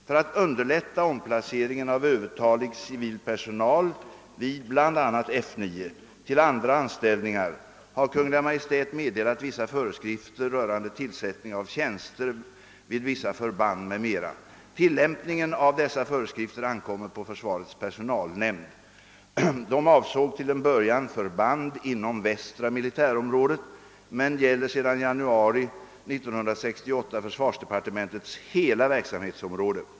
För att underlätta omplaceringen av övertalig civil personal vid bl.a. F 9 till andra anställningar har Kungl. Maj:t meddelat vissa föreskrifter rörande tillsättning av tjänster vid vissa förband m.m. Tillämpningen av dessa föreskrifter ankommer på försvarets personalnämnd. De avsåg till en början förband inom Västra militärområdet men gäller sedan januari 1968 försvarsdepartementets hela verksamhetsområde.